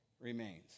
remains